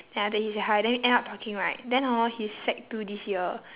then after that he said hi then we end up talking right then hor he is sec two this year